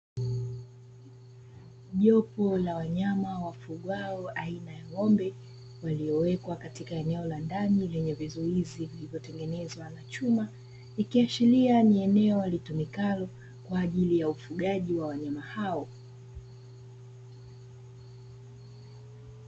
Jopo la wanyama wafugwao aina ya ng'ombe, waliowekwa katika eneo la ndani lenye vizuizi vilivyotengenezwa na chuma, ikiashiria ni eneo litumikalo kwa ajili ya ufugaji wa wanyama hao.